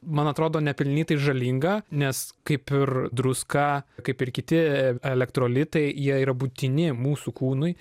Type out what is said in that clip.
man atrodo nepelnytai žalinga nes kaip ir druska kaip ir kiti elektrolitai jie yra būtini mūsų kūnui